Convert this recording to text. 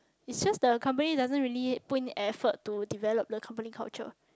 it just the company doesn't really put in effort to develop the company culture